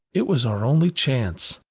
it was our only chance.